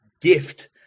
gift